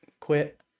quit